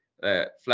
flat